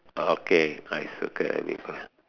okay I circle the lip gloss